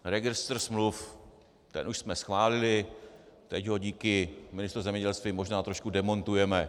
Registr smluv ten už jsme schválili, teď ho díky Ministerstvu zemědělství možná trošku demontujeme.